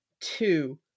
two